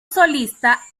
solista